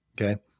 Okay